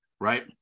right